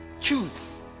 choose